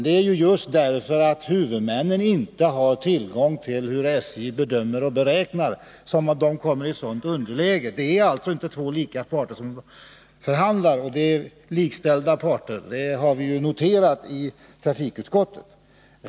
Det är ju just därför att huvudmännen inte har tillgång till det underlag SJ gör sina beräkningar på som de kommer i underläge. Det är alltså inte två likställda parter som förhandlar — det har vi noterat i trafikutskottet.